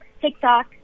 TikTok